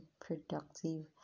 productive